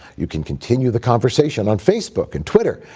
you can continue the conversation on facebook and twitter,